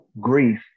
Grief